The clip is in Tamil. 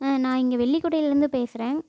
ஆ நான் இங்க வெள்ளிக்குடையிலேருந்து பேசறேன்